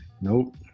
Nope